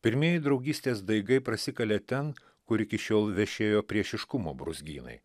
pirmieji draugystės daigai prasikalė ten kur iki šiol vešėjo priešiškumo brūzgynai